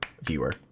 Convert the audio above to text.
viewer